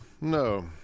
No